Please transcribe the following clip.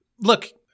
look